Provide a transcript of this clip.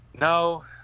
no